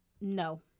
no